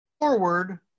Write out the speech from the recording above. forward